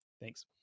Thanks